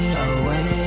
away